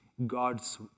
God's